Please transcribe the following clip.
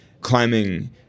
climbing